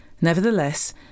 Nevertheless